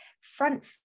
front